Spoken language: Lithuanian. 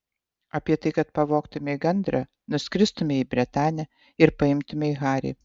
apie tai kad pavogtumei gandrą nuskristumei į bretanę ir paimtumei harį